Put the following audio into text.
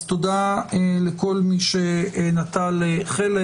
אז תודה לכל מי שנטל חלק.